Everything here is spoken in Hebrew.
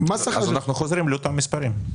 אנחנו חוזרים לאותם מספרים.